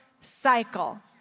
cycle